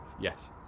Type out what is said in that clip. Yes